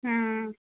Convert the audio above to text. हाँ